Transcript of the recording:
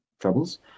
troubles